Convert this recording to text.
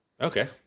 Okay